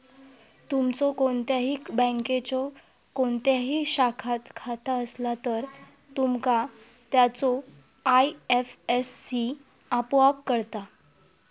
तुमचो कोणत्याही बँकेच्यो कोणत्याही शाखात खाता असला तर, तुमका त्याचो आय.एफ.एस.सी आपोआप कळता